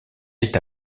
est